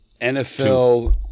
nfl